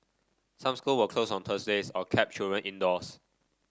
some school were closed on Thursday's or kept children indoors